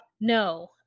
No